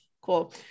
Cool